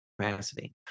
capacity